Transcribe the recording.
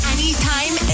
Anytime